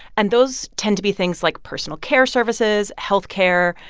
and those tend to be things like personal care services, health care,